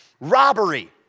robbery